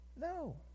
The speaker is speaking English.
No